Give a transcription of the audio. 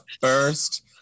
first